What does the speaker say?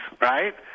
right